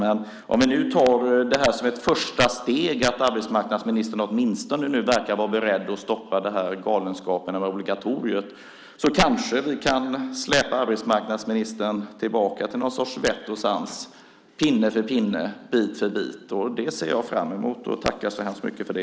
Men om vi tar det som ett första steg att arbetsmarknadsministern nu åtminstone verkar vara beredd att stoppa galenskapen med obligatoriet kan vi kanske släpa arbetsmarknadsministern tillbaka till någon sorts vett och sans, pinne för pinne och bit för bit. Det ser jag fram emot och tackar i så fall så mycket för det.